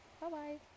Bye-bye